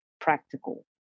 practical